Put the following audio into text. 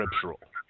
scriptural